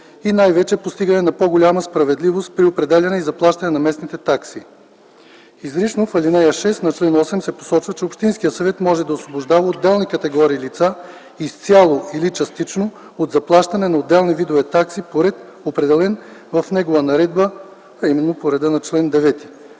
3. постигане на по-голяма справедливост при определяне и заплащане на местните такси. Изрично в ал. 6 на чл. 8 се посочва, че общинският съвет може да освобождава отделни категории лица изцяло или частично от заплащане на отделни видове такси по ред, определен в негова наредба, а именно по реда на чл. 9.